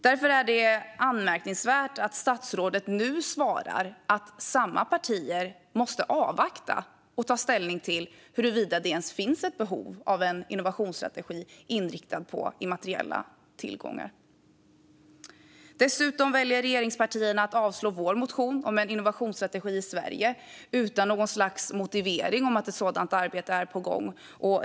Därför är det anmärkningsvärt att statsrådet nu svarar att samma partier måste avvakta när det gäller att ta ställning till huruvida det ens finns ett behov av en innovationsstrategi inriktad på immateriella tillgångar. Dessutom väljer regeringspartierna att avslå vår motion om en innovationsstrategi i Sverige utan någon motivering om att ett sådant arbete är på gång.